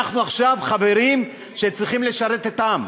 אנחנו עכשיו חברים שצריכים לשרת את העם.